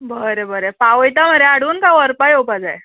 बरें बरें पावयता मरे हाडून का व्हरपा येवपा जाय